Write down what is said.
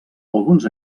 alguns